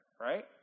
right